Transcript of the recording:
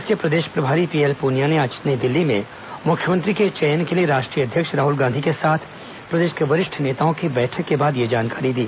कांग्रेस के प्रदेश प्रभारी पीएल पुनिया ने आज नई दिल्ली में मुख्यमंत्री के चयन के लिए राष्ट्रीय अध्यक्ष राहुल गांधी के साथ प्रदेश के वरिष्ठ नेताओं की बैठक के बाद यह जानकारी दी